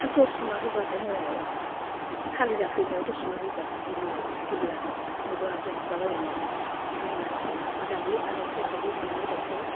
torch थुना होब्लाथाय मोनायाव थालिर जाफैनायाव टर्स थुना होयोब्लाथाय बिर बिरलाङो मेगना जोंख्लाबलायनाय नुयो आरो इखोनो नायनो नाजादोंमोन आं बादालि आरो फेसा बे मोननै दाउखौ